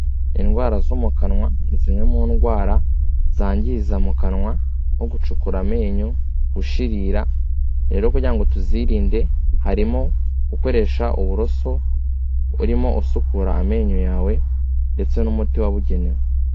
Indwara zo mu kanwa ni zimwe mu ndwara zangiza mu kanwa no gucukura amenyo, gushirira rero kugira ngo tuzirinde harimo gukoresha uburoso urimo usukura amenyo yawe ndetse n'umuti wabugenewe.